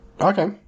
Okay